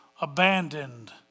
abandoned